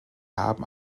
haben